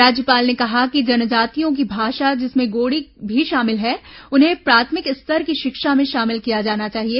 राज्यपाल ने कहा कि जनजातियों की भाषा जिसमें गोंडी भी शामिल है उन्हें प्राथमिक स्तर की शिक्षा में शामिल किया जाना चाहिए